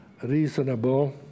reasonable